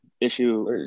issue